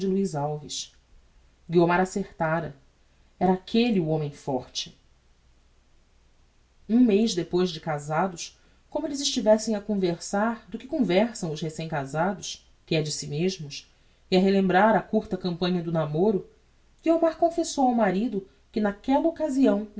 luiz alves guiomar acertara era aquelle o homem forte um mez depois de casados como elles estivessem a conversar do que conversam os recem casados que é de si mesmos e a relembrar a curta campanha do namoro guiomar confessou ao marido que naquella occasião